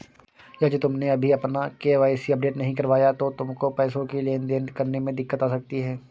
यदि तुमने अभी अपना के.वाई.सी अपडेट नहीं करवाया तो तुमको पैसों की लेन देन करने में दिक्कत आ सकती है